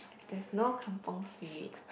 that's no kampung Spirit